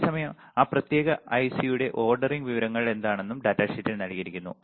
അതേ സമയം ആ പ്രത്യേക ഐസിയുടെ ഓർഡറിംഗ് വിവരങ്ങൾ എന്താണെന്നും ഡാറ്റാ ഷീറ്റിൽ നൽകിയിരിക്കുന്നു